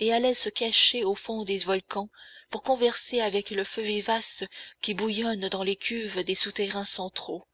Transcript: et allaient se cacher au fond des volcans pour converser avec le feu vivace qui bouillonne dans les cuves des souterrains centraux